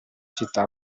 città